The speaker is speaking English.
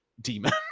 demon